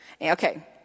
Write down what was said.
Okay